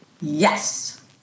Yes